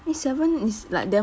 eh seven is like damn